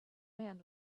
man